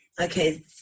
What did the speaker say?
Okay